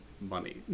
money